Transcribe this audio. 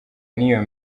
n’iyo